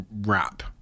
wrap